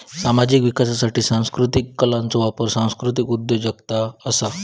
सामाजिक विकासासाठी सांस्कृतीक कलांचो वापर सांस्कृतीक उद्योजगता असा